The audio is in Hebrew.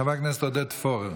חבר הכנסת עודד פורר.